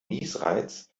niesreiz